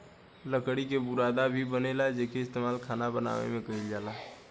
लकड़ी से बुरादा भी बनेला जेइके इस्तमाल खाना बनावे में कईल जाला